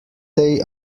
they